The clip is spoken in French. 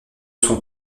son